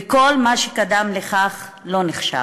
וכל מה שקדם לכך לא נחשב.